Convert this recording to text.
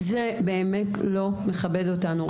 זה באמת לא מכבד אותנו,